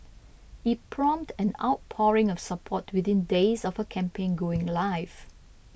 it prompted an outpouring of support within days of her campaign going live